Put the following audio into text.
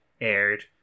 aired